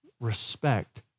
respect